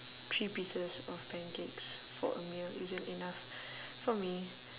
three pieces of pancakes for a meal isn't enough for me